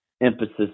emphasis